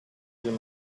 delle